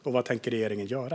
Och vad tänker regeringen göra?